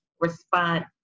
respond